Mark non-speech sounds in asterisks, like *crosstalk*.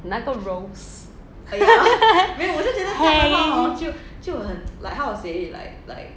拿个 rose *laughs* !hey!